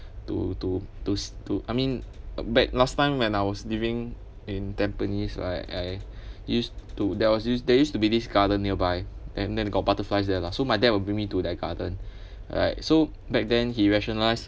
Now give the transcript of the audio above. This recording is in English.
to to to s~ to I mean back last time when I was living in tampines right I used to there was there used to be this garden nearby and then got butterflies there lah so my dad will bring me to that garden alright so back then he rationalised